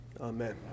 Amen